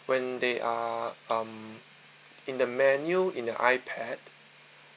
when they are um in the menu in the iPad